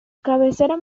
cabecera